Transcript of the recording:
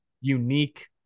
unique